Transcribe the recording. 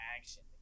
action